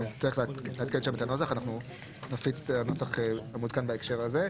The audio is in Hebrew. אנחנו נצטרך לעדכן את הנוסח ונפיץ את הנוסח המעודכן בהקשר הזה.